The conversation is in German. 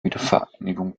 wiedervereinigung